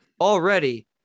already